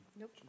Nope